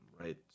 right